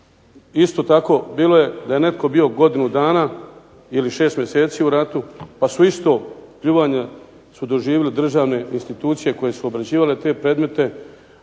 isto tako bilo je da je netko bio godinu dana ili 6 mjeseci u ratu pa su ista pljuvanja su doživjele državne institucije koje su obrađivale te predmete,